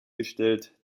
bestellt